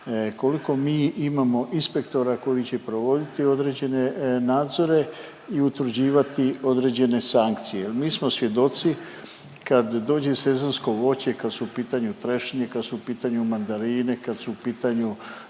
koliko mi imamo inspektora koji će provoditi određene nadzore i utvrđivati određene sankcije. Jel mi smo svjedoci kad dođe sezonsko voće kad su u pitanju trešnje, kad su u pitanju mandarine, kad su u pitanju